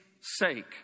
sake